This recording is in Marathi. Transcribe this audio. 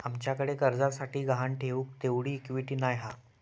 आमच्याकडे कर्जासाठी गहाण ठेऊक तेवढी इक्विटी नाय हा